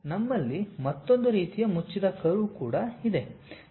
ನಮ್ಮಲ್ಲಿ ಮತ್ತೊಂದು ರೀತಿಯ ಮುಚ್ಚಿದ ಕರ್ವ್ ಕೂಡ ಇದೆ